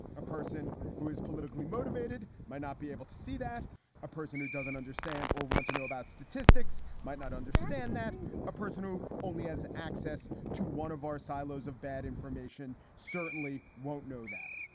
a person who is politically motivated might not be able to see that a person who doesn't understand or want to know about statistics might not understand that a person who only has access to one of our silos of bad information certainly won't know that.